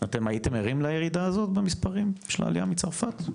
אתם הייתם ערים לירידה הזאת במספרים של העלייה מצרפת?